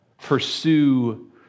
pursue